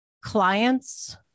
clients